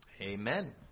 Amen